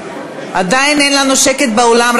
עדיין אין לנו שקט באולם.